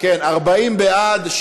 40 בעד.